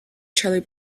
charlie